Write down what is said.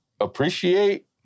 appreciate